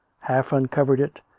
half uncovered it,